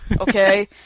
okay